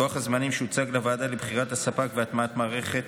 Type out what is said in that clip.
לוח הזמנים שהוצג לוועדה לבחירת הספק והטמעת מערכת